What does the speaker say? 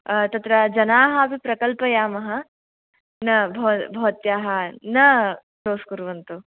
तत्र जनाः अपि प्रकल्पयामः न भव भवत्याः न क्लोस् कुर्वन्तु